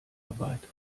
arbeit